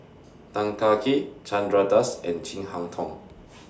Tan Kah Kee Chandra Das and Chin Harn Tong